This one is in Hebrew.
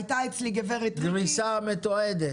הייתה אצלי הגב' ריקי --- גריסה מתועדת?